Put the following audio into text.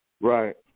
right